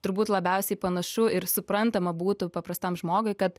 turbūt labiausiai panašu ir suprantama būtų paprastam žmogui kad